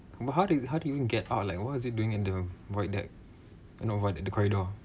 but how do you how do you even get out like what is it doing in the what that you know what that the corridor